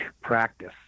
practice